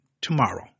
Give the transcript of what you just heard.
tomorrow